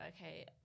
okay